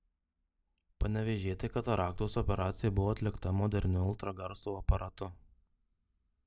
panevėžietei kataraktos operacija buvo atlikta moderniu ultragarso aparatu